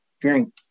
drink